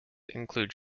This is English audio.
include